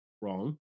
wrong